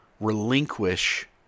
relinquish